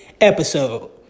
episode